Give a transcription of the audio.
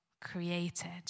created